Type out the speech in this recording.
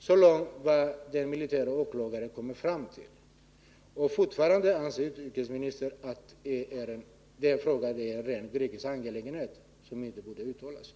Så långt vad den mili anser utrikesministern att denna fråga är en ren grekisk angelägenhet och att dessa papper inte bör utlämnas. re åklagaren kommit fram till. Men fortfarande